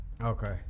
Okay